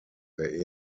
der